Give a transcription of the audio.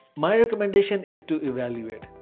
my recommendation is to evaluate.